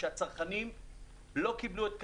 שהצרכנים לא קיבלו את כספם,